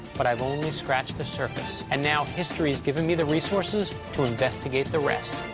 but i've only scratched the surface. and now history has given me the resources to investigate the rest.